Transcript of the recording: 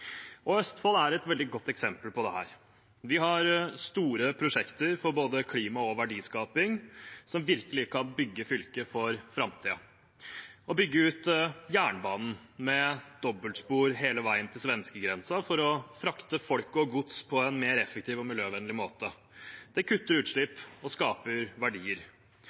Østfold er et veldig godt eksempel på dette. Vi har store prosjekter for både klima- og verdiskaping som virkelig kan bygge fylket for framtiden. Å bygge ut jernbanen med dobbeltspor hele veien til svenskegrensa for å frakte folk og gods på en mer effektiv og miljøvennlig måte kutter utslipp og skaper verdier.